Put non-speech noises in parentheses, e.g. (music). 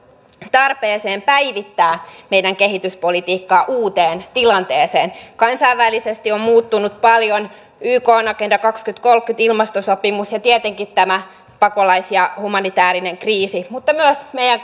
tarpeeseen päivittää meidän kehityspolitiikkaa uuteen tilanteeseen kansainvälisesti on muuttunut paljon ykn agenda kaksituhattakolmekymmentä ilmastosopimus ja tietenkin tämä pakolais ja humanitäärinen kriisi mutta myös meidän (unintelligible)